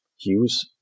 use